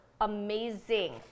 amazing